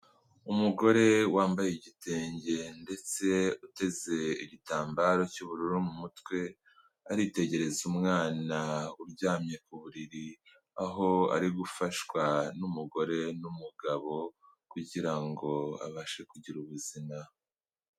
Umugore wambaye igitenge ndetse uteze igitambaro cy'ubururu mu mutwe, aritegereza umwana uryamye ku buriri aho ari gufashwa n'umugore n'umugabo kugira ngo abashe kugira ubuzima.